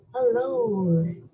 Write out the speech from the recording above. Hello